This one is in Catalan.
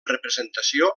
representació